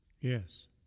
Yes